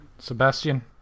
Sebastian